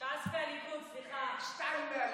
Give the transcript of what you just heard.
(הוראת שעה) (הגבלת פעילות בתחום התחבורה) (תיקון מס' 12),